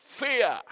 fear